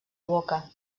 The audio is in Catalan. boca